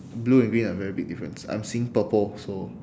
blue and green are very big difference I'm seeing purple so